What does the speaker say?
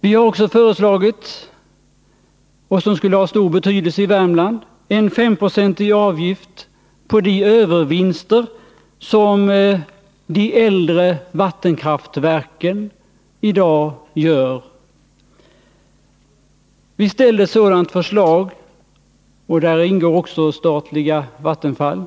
Vi har också föreslagit — något som skulle ha stor betydelse i Värmland —en S5-procentig avgift på de övervinster som de äldre vattenkraftverken i dag gör, och där ingår också statliga Vattenfall.